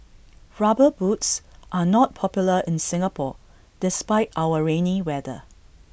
rubber boots are not popular in Singapore despite our rainy weather